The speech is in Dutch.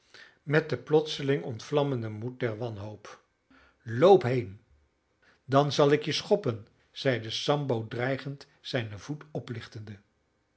met den plotseling ontvlammenden moed der wanhoop loop heen dan zal ik je schoppen zeide sambo dreigend zijnen voet oplichtende